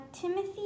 Timothy